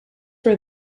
were